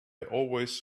always